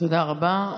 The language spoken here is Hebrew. תודה רבה.